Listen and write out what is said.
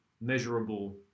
measurable